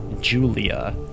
Julia